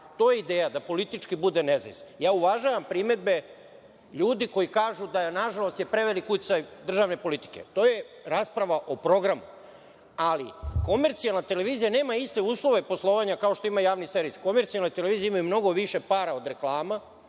to je ideja, da politički bude nezavistan. Uvažavam primedbe ljudi koji kažu da je preveliki uticaj državne politike. To je rasprava o programu. Komercijalna televizija nema uslove poslovanja kao što ima Javni servis. Komercijalne televizije imaju mnogo više para od reklama,